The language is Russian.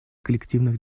коллективных